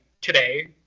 today